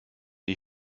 die